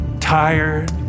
tired